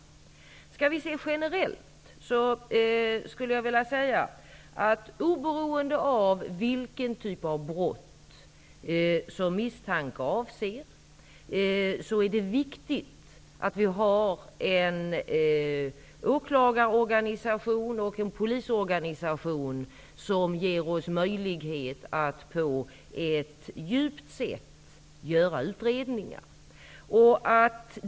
Om vi skall se det generellt skulle jag vilja säga att det, oberoende av vilken typ av brott som misstanke avser, är viktigt att vi har en åklagarorganisation och en polisorganisation som ger oss möjlighet att på ett djupt sätt göra utredningar.